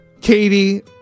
Katie